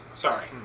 Sorry